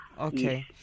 Okay